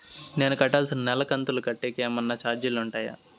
నేను కట్టాల్సిన నెల కంతులు కట్టేకి ఏమన్నా చార్జీలు ఉంటాయా?